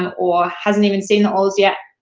and or hasn't even seen the oils yet,